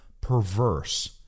perverse